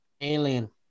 Alien